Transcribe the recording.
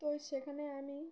তো সেখানে আমি